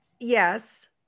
Yes